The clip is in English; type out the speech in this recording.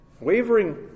Wavering